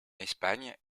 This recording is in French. espagne